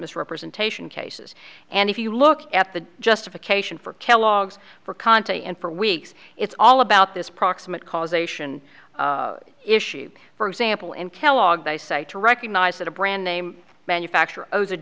misrepresentation cases and if you look at the justification for kellogg's for conti and for weeks it's all about this proximate cause ation issue for example in kellogg they say to recognize that a brand name manufacturer owes a